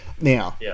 now